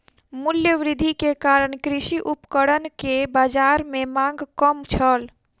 मूल्य वृद्धि के कारण कृषि उपकरण के बाजार में मांग कम छल